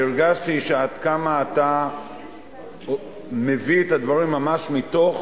והרגשתי עד כמה אתה מביא את הדברים ממש מתוך